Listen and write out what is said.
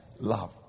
love